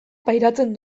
pairatzen